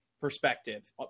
perspective